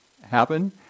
happen